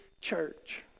church